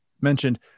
mentioned